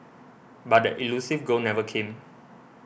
but that elusive goal never came